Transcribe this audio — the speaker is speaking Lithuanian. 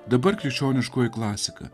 dabar krikščioniškoji klasika